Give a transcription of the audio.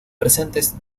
presentes